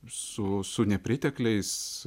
su su nepritekliais